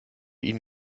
ihn